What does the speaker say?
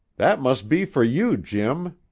that must be for you, jim,